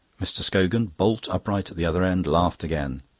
mr. scogan, bolt upright at the other end, laughed again.